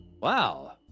Wow